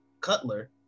Cutler